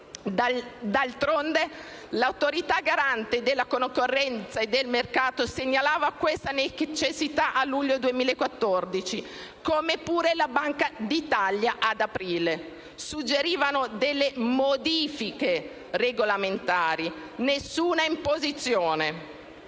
D'altronde, l'Autorità garante della concorrenza e del mercato segnalava questa necessità a luglio 2014, come pure la Banca d'Italia ad aprile. Suggerivano delle modifiche regolamentari, nessuna imposizione;